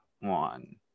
one